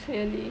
clearly